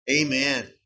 Amen